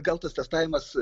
gal tas testavimas